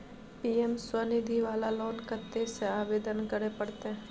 PM Svanidhi वाला loan कत्ते से आवेदन करे परतै?